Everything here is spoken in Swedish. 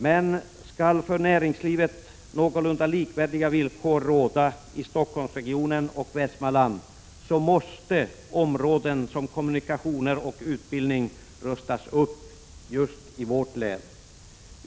Men skall för näringslivet någorlunda likvärdiga villkor råda i Stockholmsregionen och Västmanland måste områden som kommunikationer och utbildning rustas upp i Västmanland.